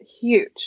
huge